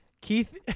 Keith